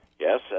Yes